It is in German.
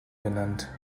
genannt